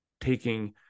taking